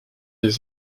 des